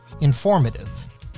Informative